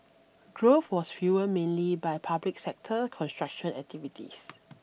growth was fuelled mainly by public sector construction activities